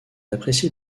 apprécié